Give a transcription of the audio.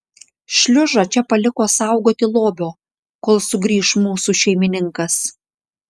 šliužą čia paliko saugoti lobio kol sugrįš mūsų šeimininkas